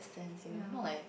a fans you know not like